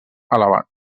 elevats